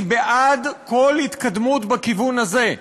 אני בעד כל התקדמות בכיוון הזה.